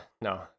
no